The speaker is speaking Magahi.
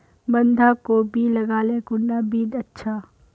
बंधाकोबी लगाले कुंडा बीज अच्छा?